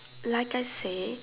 like I say